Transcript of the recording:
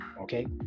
okay